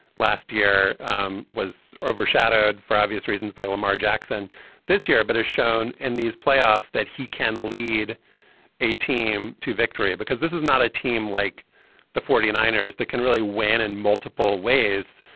last year um was overshadowed frivilous reasons by lamar jackson this year, but as shown in these playoffs, that he can lead a team to victory because this is not a team like the forty niners that can really win in multiple ways.